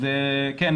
אז כן,